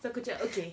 so aku macam okay